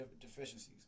deficiencies